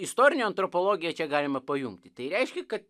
istorine antropologija čia galima pajungti tai reiškia kad